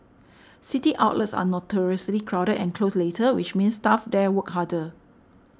city outlets are notoriously crowded and close later which means staff there work harder